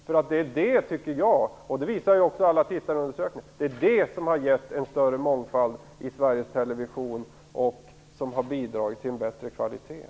Alla tittarundersökningar visar, och jag tycker likadant, att det är den saken som gett en större mångfald i Sveriges Television och som har bidragit till en bättre kvalitet.